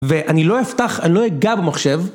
ואני לא אפתח, אני לא אגע במחשב